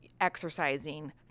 exercising